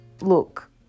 look